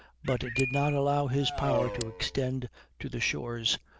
but did not allow his power to extend to the shores,